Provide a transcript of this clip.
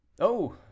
Oh